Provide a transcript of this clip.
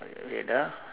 wait ah